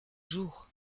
jours